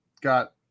got